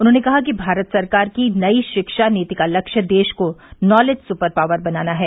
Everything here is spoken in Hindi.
उन्होंने कहा कि भारत सरकार की नई शिक्षा नीति का लक्ष्य देश को नालेज सुपर पावर बनाना है